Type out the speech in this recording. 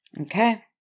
Okay